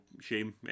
shame